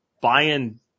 buying